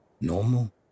normal